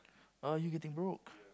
are you getting broke